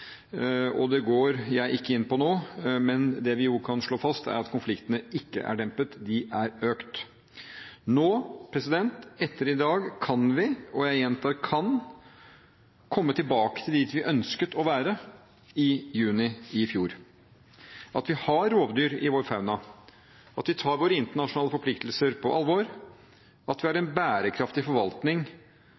siden. Det går jeg ikke inn på nå, men det vi jo kan slå fast, er at konflikten ikke er dempet, den er økt. Nå, etter i dag, kan vi – og jeg gjentar kan – komme tilbake dit vi ønsket å være i juni i fjor: at vi har rovdyr i vår fauna, at vi tar våre internasjonale forpliktelser på alvor, at vi har en bærekraftig forvaltning